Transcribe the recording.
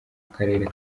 karere